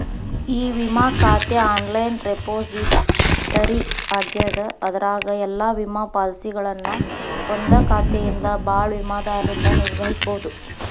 E ವಿಮಾ ಖಾತೆ online repository ಆಗ್ಯದ ಅದರಾಗ ಎಲ್ಲಾ ವಿಮಾ ಪಾಲಸಿಗಳನ್ನ ಒಂದಾ ಖಾತೆಯಿಂದ ಭಾಳ ವಿಮಾದಾರರಿಂದ ನಿರ್ವಹಿಸಬೋದು